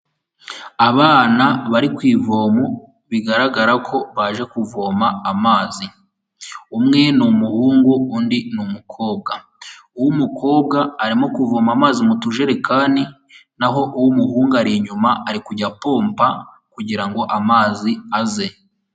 Abana bari kuvomo, bigaragara ko baje kuvoma amazi, umwe ni umuhungu undi ni umukobwa, uw'umukobwa arimo kuvoma amazi mu tujerekani, naho uw'umuhungu ari inyuma ari kujya apomba kugira ngo amazi aze.